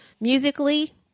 Musically